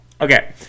Okay